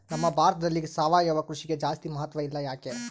ನಮ್ಮ ಭಾರತದಲ್ಲಿ ಸಾವಯವ ಕೃಷಿಗೆ ಜಾಸ್ತಿ ಮಹತ್ವ ಇಲ್ಲ ಯಾಕೆ?